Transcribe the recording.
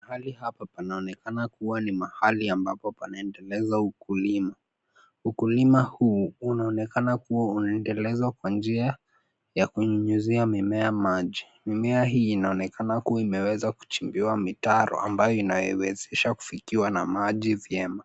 Mahali hapa panaonekana kuwa ni mahali ambapo pana endeleza ukulima. Ukulima huu unaonekana kuwa unaendelezwa kwa njia ya kunyunyizia mimea maji. Mimea hii inaonekana kuwa imeweza kuchimbiwa mitaro ambayo inaiwezesha kufikiwa na maji vyema.